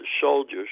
soldiers